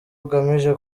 agamije